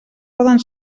poden